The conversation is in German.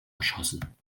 erschossen